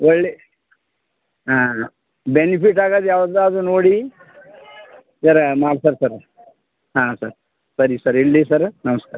ಒಳ್ಳೇ ಹಾಂ ಬೆನಿಫಿಟ್ ಆಗದು ಯಾವುದಾದ್ರು ನೋಡಿ ಝರ ಮಾಡ್ತರೆ ಸರ್ ಹಾಂ ಸರ್ ಸರಿ ಸರಿ ಇಡಲಿ ಸರ್ ನಮ್ಸ್ಕಾರ